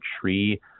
tree